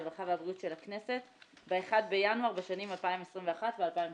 הרווחה והבריאות של הכנסת ב-1 בינואר בשנים 2021 ו-2022.